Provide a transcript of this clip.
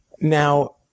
Now